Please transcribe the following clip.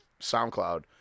SoundCloud